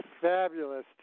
Fabulous